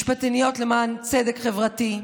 משפטניות למען צדק חברתי.